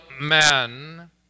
man